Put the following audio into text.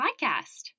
Podcast